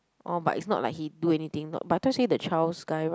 orh but it's not like he do anything not but I thought you say the child sky ride